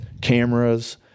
cameras